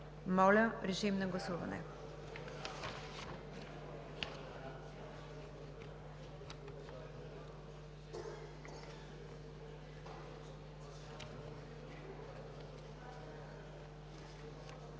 Моля, режим на гласуване.